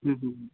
हूँ हूँ हूँ